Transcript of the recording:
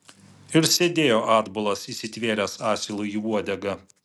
ir sėdėjo atbulas įsitvėręs asilui į uodegą